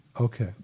Okay